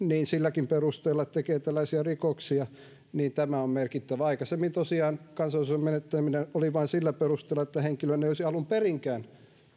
silläkin perusteella että tekee tällaisia rikoksia on merkittävä aikaisemmin tosiaan kansalaisuuden menettäminen oli vain sillä perusteella että henkilön ei olisi alun perinkään